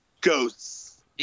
ghosts